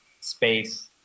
space